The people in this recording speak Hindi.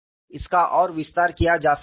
इसका और विस्तार किया जा सकता है